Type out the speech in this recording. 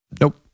Nope